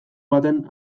baten